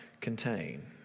contain